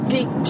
big